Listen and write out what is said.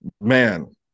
man